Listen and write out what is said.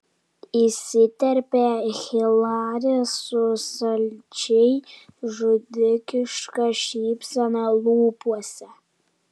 įsiterpia hilari su saldžiai žudikiška šypsena lūpose